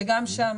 שגם שם